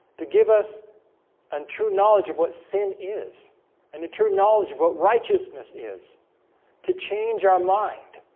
to give us and true knowledge of what sin is and a true knowledge what righteousness is to change our mind?